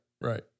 right